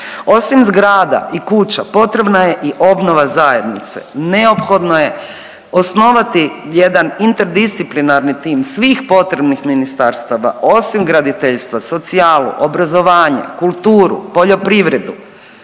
Osim zgrada i kuća, potrebna je i obnova zajednice, neophodno je osnovati jedan interdisciplinarni tim svih potrebnih ministarstava, osim graditeljstva, socijalu, obrazovanje, kulturu, poljoprivredu,